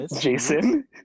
Jason